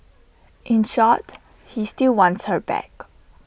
in short he still wants her back